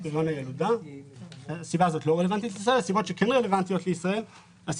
יש שתי סיבות שכן רלוונטיות לישראל כאשר